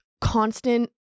constant